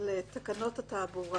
תקנות התעבורה